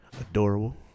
adorable